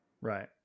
Right